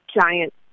giant